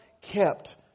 kept